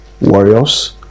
Warriors